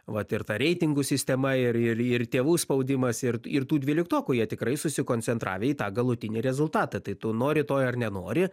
vat ir ta reitingų sistema ir ir ir tėvų spaudimas ir ir tų dvyliktokų jie tikrai susikoncentravę į tą galutinį rezultatą tai tu nori to ar nenori